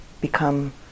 become